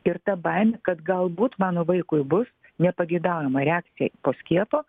ir ta baimė kad galbūt mano vaikui bus nepageidaujama reakcija po skiepo